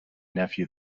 nephew